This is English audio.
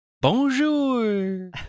Bonjour